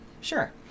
Sure